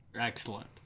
excellent